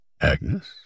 Agnes